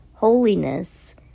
Holiness